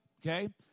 Okay